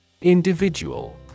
individual